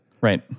Right